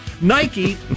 Nike